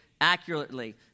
accurately